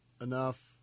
enough